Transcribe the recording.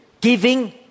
Giving